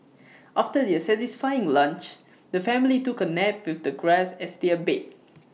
after their satisfying lunch the family took A nap with the grass as their bed